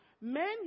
men